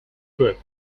group